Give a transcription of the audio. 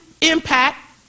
impact